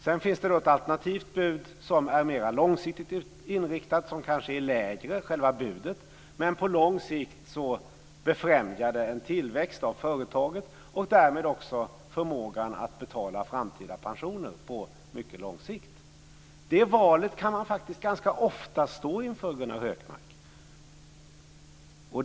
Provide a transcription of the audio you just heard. Sedan finns det då ett alternativt bud som är mer långsiktigt inriktat och själva budet är kanske lägre, men på lång sikt befrämjar det en tillväxt av företaget och därmed också en förmåga att betala framtida pensioner på mycket lång sikt. Det valet kan man faktiskt ganska ofta stå inför, Gunnar Hökmark.